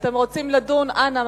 אתם רוצים לדון אנא,